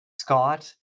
Scott